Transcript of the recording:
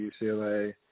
UCLA